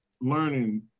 learning